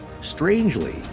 Strangely